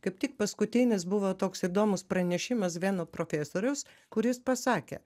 kaip tik paskutinis buvo toks įdomus pranešimas vieno profesoriaus kuris pasakė